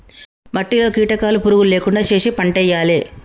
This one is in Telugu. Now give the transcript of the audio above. మట్టిలో కీటకాలు పురుగులు లేకుండా చేశి పంటేయాలే